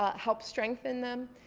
ah help strengthen them,